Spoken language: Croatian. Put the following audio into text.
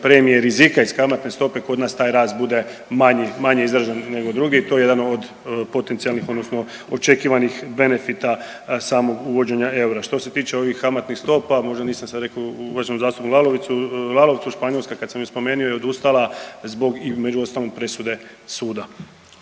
premije rizika iz kamatne stope kod nas taj rast bude manji, manje izražen nego drugi i to je jedan od potencijalnih odnosno očekivanih benefita samog uvođenja eura. Što se tiče ovih kamatnih stopa, možda nisam sad rekao uvaženom zastupniku Lalovcu, Španjolska kad sam je spomenuo je odustala zbog između ostalog i presude suda.